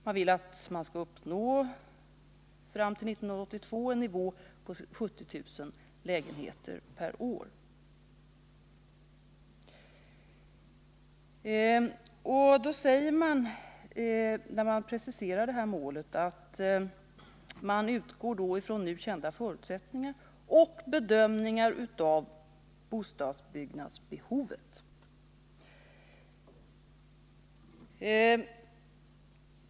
De vill att vi 1982 skall ha nått upp till en nivå på 70 000 påbörjade lägenheter per år. De utgår då, säger de, från nu kända förutsättningar och bedömningar av bostadsbyggnadsbehovet.